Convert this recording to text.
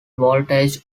voltage